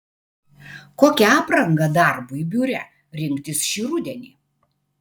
kokią aprangą darbui biure rinktis šį rudenį